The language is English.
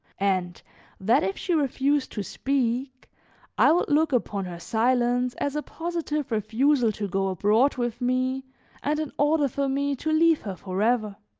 and that if she refused to speak i would look upon her silence as a positive refusal to go abroad with me and an order for me to leave her forever.